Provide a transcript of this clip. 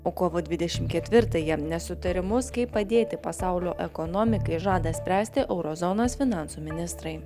o kovo dvidešimt ketvirtąją nesutarimus kaip padėti pasaulio ekonomikai žada spręsti euro zonos finansų ministrai